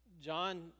John